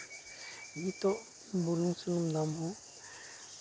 ᱱᱤᱛᱚᱜ ᱵᱩᱞᱩᱝ ᱥᱩᱱᱩᱢ ᱫᱟᱢ ᱦᱚᱸ